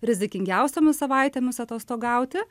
rizikingiausiomis savaitėmis atostogauti